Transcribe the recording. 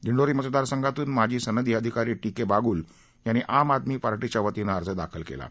दिंडोरी मतदार संघातून माजी सनदी अधिकारी टी के बागुल यांनी आम आदमी पार्टीच्या वतीने अर्ज दाखल केला आहे